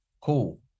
cool